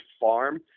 farm